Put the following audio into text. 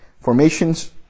Formations